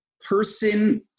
person